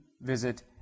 visit